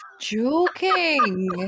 joking